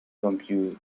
compute